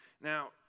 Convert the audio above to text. Now